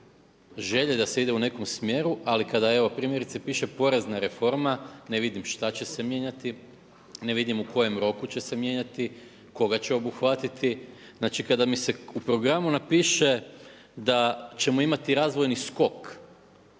želje da se ide u nekom smjeru ali kada evo primjerice piše porezna reforma ne vidim šta će se mijenjati, ne vidim u kojem roku će se mijenjati, koga će obuhvatiti. Znači kada mi se u programu napiše da ćemo imati razvojni skok,